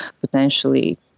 potentially